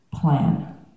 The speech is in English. plan